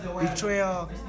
Betrayal